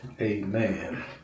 Amen